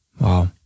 Wow